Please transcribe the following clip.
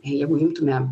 jeigu imtume